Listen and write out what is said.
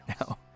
now